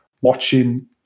watching